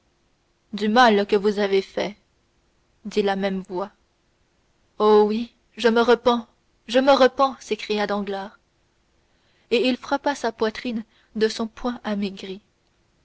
du mal que vous avez fait dit la même voix oh oui je me repens je me repens s'écria danglars et il frappa sa poitrine de son poing amaigri